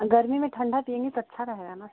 गर्मी में ठंडा पिएँगी तो अच्छा रहेगा ना शरीर